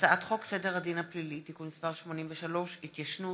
הצעת חוק סדר הדין הפלילי (תיקון מס' 83) (התיישנות),